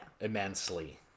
Immensely